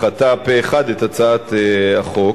דחתה פה-אחד את הצעת החוק.